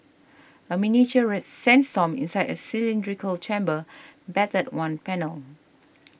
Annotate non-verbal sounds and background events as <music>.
a miniature <unintelligible> sandstorm inside a cylindrical chamber battered one panel